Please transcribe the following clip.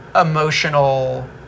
emotional